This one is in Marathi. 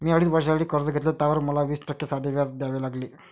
मी अडीच वर्षांसाठी कर्ज घेतले, त्यावर मला वीस टक्के साधे व्याज द्यावे लागले